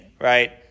right